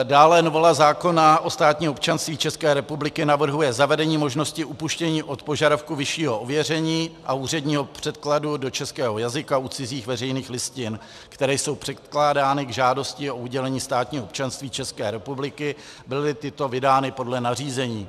Dále novela zákona o státním občanství České republiky navrhuje zavedení možnosti upuštění od požadavku vyššího ověření a úředního překladu do českého jazyka u cizích veřejných listin, které jsou předkládány k žádosti o udělení státního občanství České republiky, bylyli tyto vydány podle nařízení.